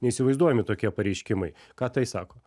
neįsivaizduojami tokie pareiškimai ką tai sako